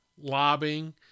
lobbying